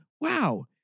wow